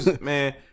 Man